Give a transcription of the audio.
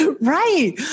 Right